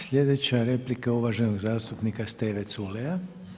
Sljedeća je replika uvaženog zastupnika Steve Culeja.